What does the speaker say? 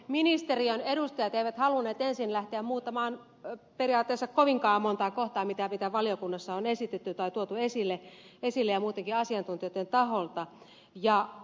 ministeriön edustajat eivät halunneet ensin lähteä muuttamaan periaatteessa kovinkaan montaa kohtaa mitä valiokunnassa on esitetty tai tuotu esille asiantuntijoitten taholta